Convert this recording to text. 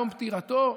יום פטירתו.